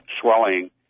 swelling